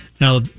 Now